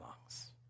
lungs